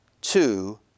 two